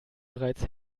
bereits